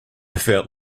felt